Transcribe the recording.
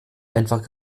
einfach